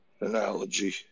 analogy